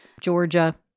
Georgia